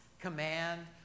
command